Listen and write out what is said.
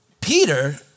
Peter